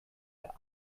der